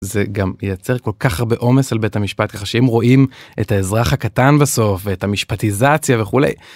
זה גם מייצר כל כך הרבה אומץ על בית המשפט, ככה שאם רואים את האזרח הקטן בסוף ואת המשפטיזציה וכולי